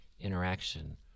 interaction